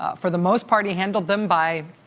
for the most part, he handled them by